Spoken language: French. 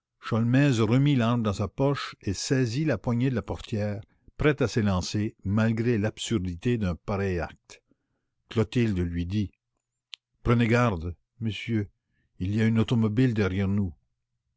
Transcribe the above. l'arme dans sa poche et saisit la poignée de la portière prêt à s'élancer malgré l'absurdité d'un pareil acte clotilde lui dit prenez garde monsieur il y a une automobile derrière nous